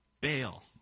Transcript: bail